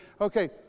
okay